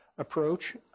Approach